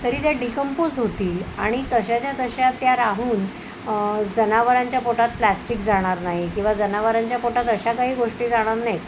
तरी ते डिकंपोज होतील आणि तशाच्या तशा त्या राहून जनावरांच्या पोटात प्लास्टिक जाणार नाही किंवा जनावरांच्या पोटात अशा काही गोष्टी जाणार नाहीत